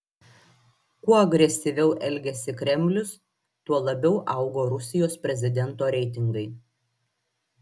kuo agresyviau elgėsi kremlius tuo labiau augo rusijos prezidento reitingai